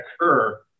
occur